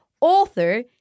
author